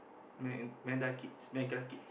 me~ meda mega kids